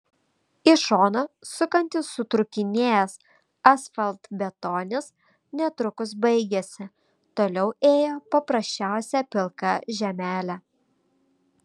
į šoną sukantis sutrūkinėjęs asfaltbetonis netrukus baigėsi toliau ėjo paprasčiausia pilka žemelė